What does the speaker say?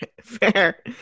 fair